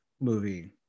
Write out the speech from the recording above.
movie